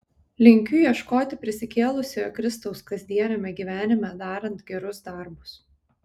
linkiu ieškoti prisikėlusiojo kristaus kasdieniame gyvenime darant gerus darbus